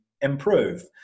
improve